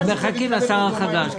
אז מחכים לשר החדש.